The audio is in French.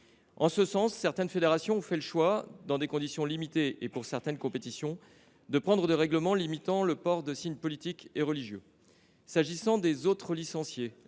manifestations. Certaines fédérations ont fait le choix, dans des conditions limitées et pour certaines compétitions, d’adopter des règlements limitant le port de signes politiques et religieux. S’agissant des autres licenciés,